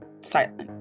silent